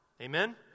Amen